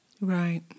Right